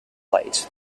light